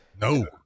No